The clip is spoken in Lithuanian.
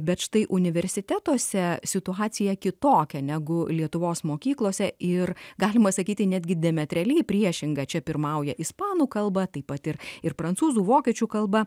bet štai universitetuose situacija kitokia negu lietuvos mokyklose ir galima sakyti netgi diametraliai priešinga čia pirmauja ispanų kalba taip pat ir ir prancūzų vokiečių kalba